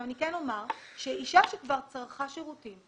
אני כן אומר שאישה שכבר צרכה שירותים,